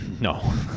No